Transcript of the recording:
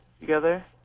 together